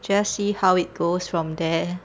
just see how it goes from there